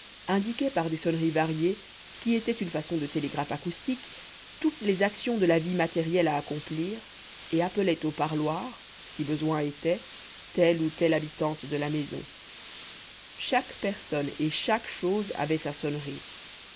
indiquait par des sonneries variées qui étaient une façon de télégraphe acoustique toutes les actions de la vie matérielle à accomplir et appelait au parloir si besoin était telle ou telle habitante de la maison chaque personne et chaque chose avait sa sonnerie